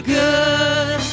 good